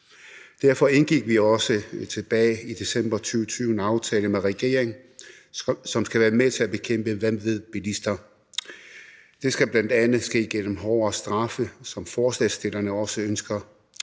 Derfor indgik vi også tilbage i december 2020 en aftale med regeringen, som skal være med til at bekæmpe vanvidsbilisme. Det skal bl.a. ske gennem hårdere straffe, som forslagsstillerne også ønsker.